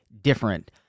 different